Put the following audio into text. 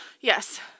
Yes